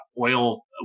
oil